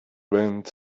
went